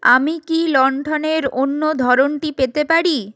আমি কি লণ্ঠনের অন্য ধরনটি পেতে পারি